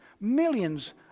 millions